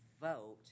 vote